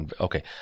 Okay